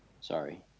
Sorry